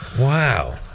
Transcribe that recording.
Wow